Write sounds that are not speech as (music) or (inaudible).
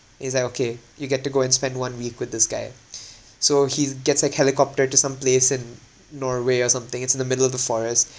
he's like okay you get to go and spend one week with this guy (breath) so he gets like helicopter to someplace in norway or something it's in the middle of the forest